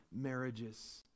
marriages